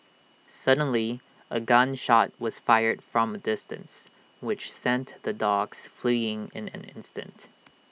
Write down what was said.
suddenly A gun shot was fired from A distance which sent the dogs fleeing in an instant